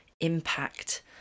impact